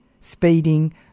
speeding